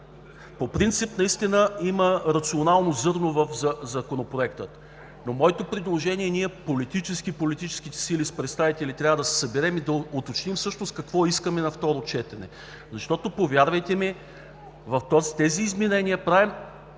По принцип има рационално зърно в Законопроекта. Моето предложение е ние, политическите сили, с представители да се съберем и да уточним всъщност какво искаме на второ четене. Защото, повярвайте ми, с тези изменения правим